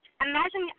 imagine